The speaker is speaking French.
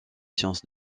sciences